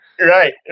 Right